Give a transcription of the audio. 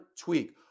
tweak